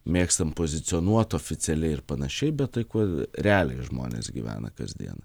mėgstam pozicionuot oficialiai ir panašiai bet tai kuo realiai žmonės gyvena kasdien